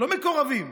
לא מקורבים,